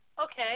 okay